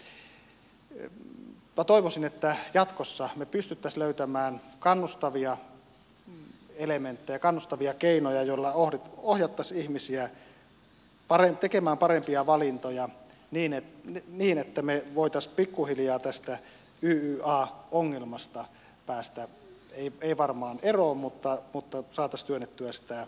minä toivoisin että jatkossa me pystyisimme löytämään kannustavia elementtejä kannustavia keinoja joilla ohjattaisiin ihmisiä tekemään parempia valintoja niin että me voisimme pikkuhiljaa tästä yya ongelmasta päästä ei varmaan eroon mutta saataisiin työnnettyä sitä vähän syrjemmälle